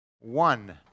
one